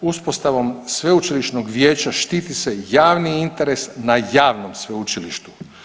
Uspostavom sveučilišnog vijeća štiti se javni interes na javnom sveučilištu.